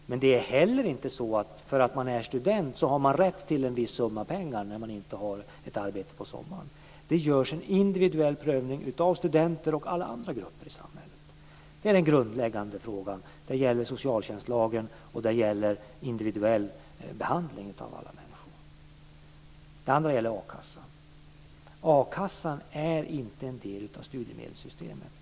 Men man har heller inte rätt till en viss summa pengar för att man är student när man inte har ett arbete på sommaren. Det görs en individuell prövning av studenter och av alla andra grupper i samhället. Det är den grundläggande frågan. Där gäller socialtjänstlagen och där gäller individuell behandling av alla människor. Det andra området gäller a-kassan. A-kassan är inte en del av studiemedelssystemet.